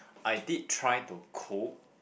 I did try to cook